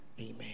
amen